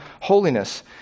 holiness